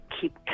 keep